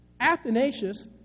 Athanasius